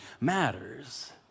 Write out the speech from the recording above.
matters